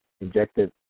injected